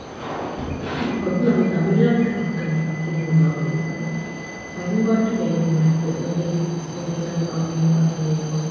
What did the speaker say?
இப்போ நம்ம தமிழ்நாட்டு மக்கள் பார்த்திங்கன்னா இப்போ பயன்பாட்டு நெறிமுறைகள் நெறி நெறிகள் அப்படின்னு பார்த்திங்கன்னா